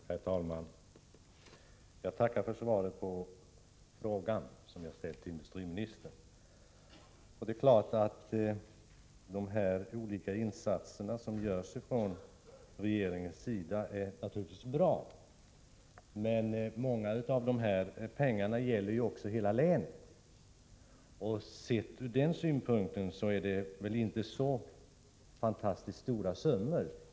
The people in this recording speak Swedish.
Herr talman! Jag tackar för svaret på den fråga jag ställt till industriministern. De olika insatser som görs från regeringens sida är naturligtvis bra, men det mesta av pengarna gäller hela länet, och sett ur den synpunkten är det väl inte så fantastiskt stora summor.